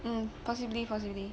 oh possibly possibly